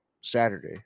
Saturday